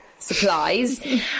supplies